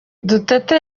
duterte